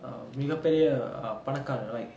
err மிகப்பெரிய பணக்கார:migapperiya panakkaara like